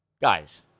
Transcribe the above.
Guys